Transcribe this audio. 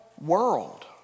world